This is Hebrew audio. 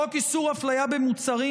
חוק איסור הפליה במוצרים,